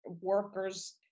workers